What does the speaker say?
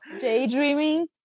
Daydreaming